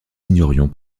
ignorons